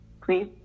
please